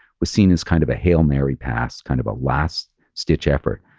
was seen as kind of a hail mary pass, kind of a last stitch effort.